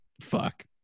Fuck